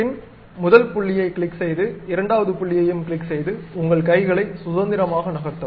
பின் முதல் புள்ளியைக் கிளிக் செய்து இரண்டாவது புள்ளியையும் கிளிக் செய்து உங்கள் கைகளை சுதந்திரமாக நகர்த்தவும்